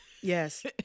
Yes